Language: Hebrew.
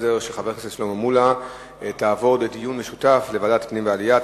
הפנים והגנת הסביבה וועדת העלייה,